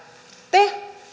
te